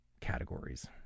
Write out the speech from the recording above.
categories